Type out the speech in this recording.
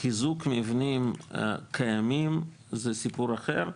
חיזוק מבנים קיימים זה סיפור אחר.